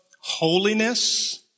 Holiness